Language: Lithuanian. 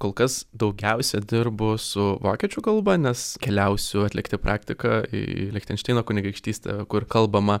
kol kas daugiausia dirbu su vokiečių kalba nes keliausiu atlikti praktiką į lichtenšteino kunigaikštystę kur kalbama